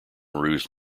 rouge